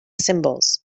symbols